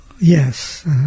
yes